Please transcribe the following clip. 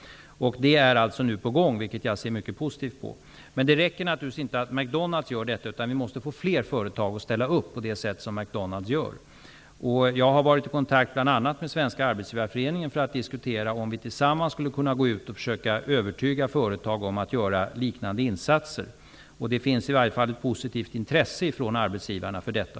Det är alltså nu på gång, vilket jag ser mycket positivt på. Men det räcker naturligtvis inte att McDonald's gör detta. Vi måste få fler företag att ställa upp på det sätt som McDonald's gör. Jag har varit i kontakt med bl.a. Svenska arbetsgivareföreningen för att diskutera om vi tillsammans skulle kunna gå ut och försöka övertyga företag om att göra liknande insatser. Det finns i varje fall ett positivt intresse från arbetsgivarna för detta.